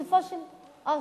הסתיים?